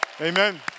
Amen